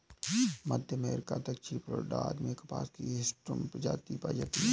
मध्य America, दक्षिणी Florida आदि में कपास की हिर्सुटम प्रजाति पाई जाती है